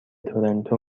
تورنتو